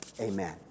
amen